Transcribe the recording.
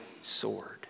sword